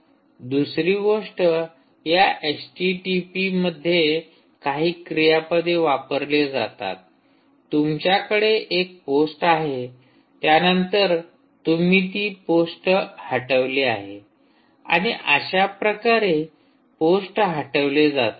दुसरी गोष्ट या एचटीटीपी मध्ये काही क्रियापदे वापरले जातात तुमच्याकडे एक पोस्ट आहे त्यानंतर तुम्ही ती पोस्ट हटविले आहे आणि अशा प्रकारे पोस्ट हटवले जातात